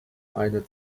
eine